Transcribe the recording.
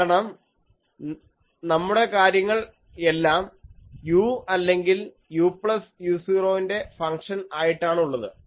കാരണം നമ്മുടെ കാര്യങ്ങൾ എല്ലാം u അല്ലെങ്കിൽ u പ്ലസ് u0 ന്റെ ഫംഗ്ഷൻ ആയിട്ടാണ് ഉള്ളത്